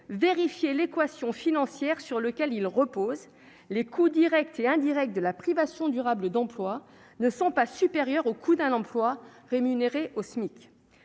vérifier l'équation financière sur lequel il repose les coûts Directs et indirects de la privation durable d'emplois ne sont pas supérieurs au coût d'un emploi rémunéré au SMIC,